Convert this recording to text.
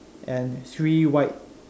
and three white